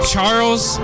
Charles